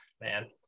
man